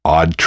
Odd